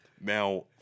Now